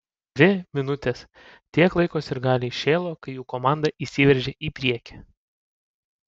dvi minutes tiek laiko sirgaliai šėlo kai jų komanda išsiveržė į priekį